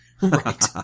Right